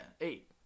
eight